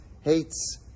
hates